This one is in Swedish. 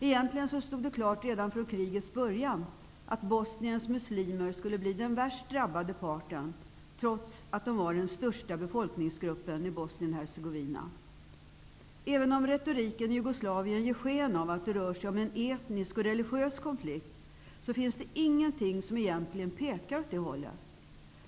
Egentligen stod det klart redan från krigets början att Bosniens muslimer skulle bli den värst drabbade parten, trots att de var den största befolkningsgruppen i Även om retoriken i Jugoslavien ger sken av att det rör sig om en etnisk och religiös konflikt, finns det ingenting som egentligen pekar åt det hållet.